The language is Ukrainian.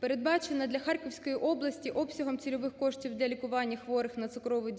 передбачена для Харківської області обсягом цільових коштів для лікування хворих на цукровий